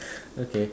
okay